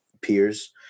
peers